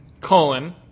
colon